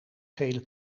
gele